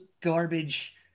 garbage